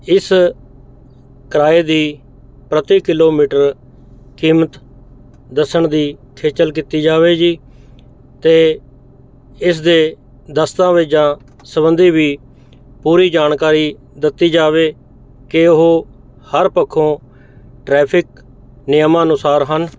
ਇਸ ਕਿਰਾਏ ਦੀ ਪ੍ਰਤੀ ਕਿਲੋਮੀਟਰ ਕੀਮਤ ਦੱਸਣ ਦੀ ਖੇਚਲ ਕੀਤੀ ਜਾਵੇ ਜੀ ਅਤੇ ਇਸ ਦੇ ਦਸਤਾਵੇਜ਼ਾਂ ਸਬੰਧੀ ਵੀ ਪੂਰੀ ਜਾਣਕਾਰੀ ਦਿੱਤੀ ਜਾਵੇ ਕਿ ਉਹ ਹਰ ਪੱਖੋਂ ਟ੍ਰੈਫਿਕ ਨਿਯਮਾਂ ਅਨੁਸਾਰ ਹਨ